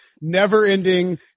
never-ending